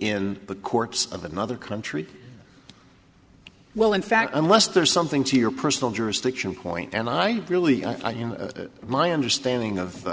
in the courts of another country well in fact unless there's something to your personal jurisdiction point and i really you know my understanding of